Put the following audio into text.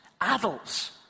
Adults